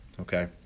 Okay